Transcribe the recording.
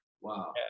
Wow